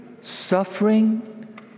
suffering